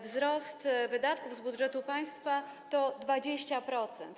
Wzrost wydatków z budżetu państwa to 20%.